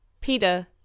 Peter